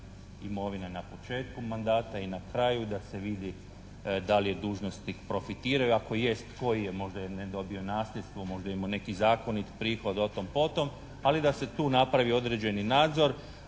imovina na početku mandata i na kraju i da se vidi da li je dužnosnik profitirao. Ako jest koji je, možda je dobio nasljedstvo, možda je imao neki zakonit prihod, o tom potom. Ali da se tu napravi određeni nadzor.